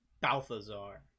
Balthazar